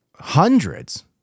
hundreds